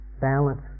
Balance